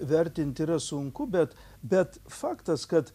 vertint yra sunku bet bet faktas kad